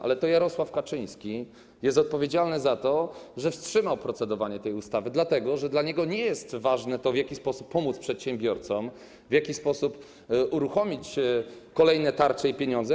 Ale to Jarosław Kaczyński jest odpowiedzialny za to, że wstrzymał procedowanie nad tą ustawą, dlatego że dla niego nie jest ważne to, w jaki sposób pomóc przedsiębiorcom, w jaki sposób uruchomić kolejne tarcze i pieniądze.